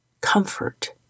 comfort